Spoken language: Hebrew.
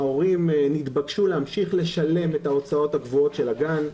ההורים התבקשו להמשיך לשלם את ההוצאות הקבועות של הגן.